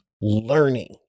learning